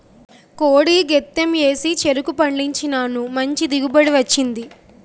కోడి గెత్తెం ఏసి చెరుకు పండించినాను మంచి దిగుబడి వచ్చింది